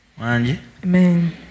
Amen